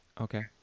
Okay